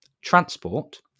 transport